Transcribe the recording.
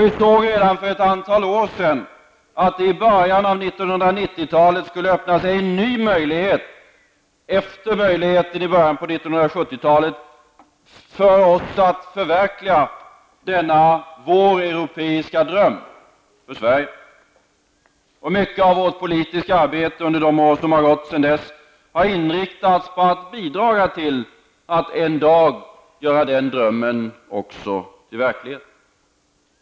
Vi såg redan för ett antal år sedan att det i början av 1990-talet skulle öppna sig en ny möjlighet, efter möjligheten i början av 1970-talet, för oss att förverkliga denna vår europeiska dröm för Sverige. Mycket av vårt politiska arbete under de år som har gått sedan dess har inriktats på att bidraga till att en dag också göra den drömmen till verklighet.